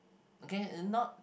okay not